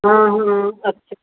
ਹਾਂ ਹਾਂ ਅੱਛਾ